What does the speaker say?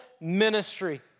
ministry